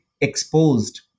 exposed